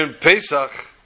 Pesach